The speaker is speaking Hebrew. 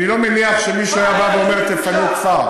אני לא מניח שמישהו היה בא ואומר: תפנו כפר.